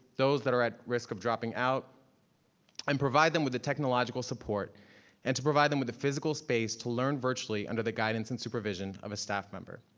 those that are at risk of dropping out and um provide them with the technological support and to provide them with the physical space to learn virtually under the guidance and supervision of a staff member.